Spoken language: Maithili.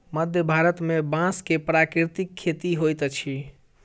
मध्य भारत में बांस के प्राकृतिक खेती होइत अछि